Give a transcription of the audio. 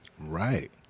Right